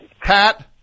Pat